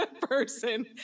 person